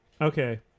okay